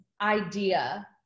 idea